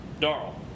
Darrell